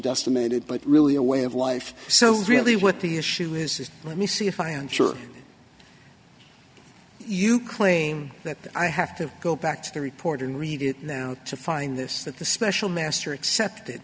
decimated but really a way of life so really what the issue is let me see if i am sure you claim that i have to go back to the report and read it down to find this that the special master accepted